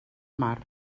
mar